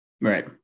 Right